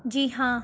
جی ہاں